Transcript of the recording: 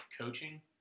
coaching